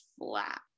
flat